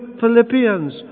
Philippians